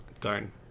Darn